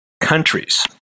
countries